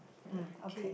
mm okay